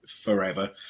forever